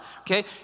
okay